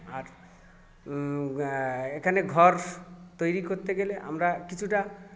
আর অ্যা এখানে ঘর তৈরি করতে গেলে আমরা কিছুটা